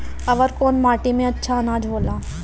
अवर कौन माटी मे अच्छा आनाज होला?